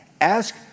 Ask